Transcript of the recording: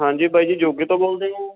ਹਾਂਜੀ ਬਾਈ ਜੀ ਜੋਗੇ ਤੋਂ ਬੋਲਦੇ ਹੋ